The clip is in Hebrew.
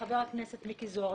חבר הכנסת מיקי זוהר,